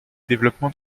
développement